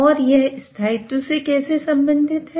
और यह स्थायित्व से कैसे संबंधित है